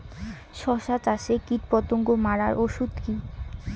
শসা চাষে কীটপতঙ্গ মারার ওষুধ কি?